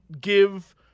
give